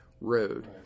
road